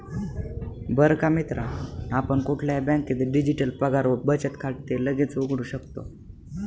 बर का मित्रा आपण कुठल्याही बँकेत डिजिटल पगार व बचत खाते लगेच उघडू शकतो